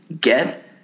get